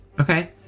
Okay